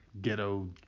ghetto